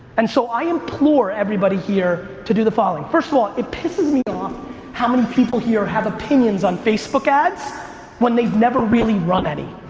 and so i implore everybody here to do the following first of all, it pisses me off um how many people here have opinions on facebook ads when they've never really run any.